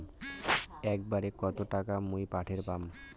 একবারে কত টাকা মুই পাঠের পাম?